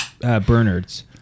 Bernard's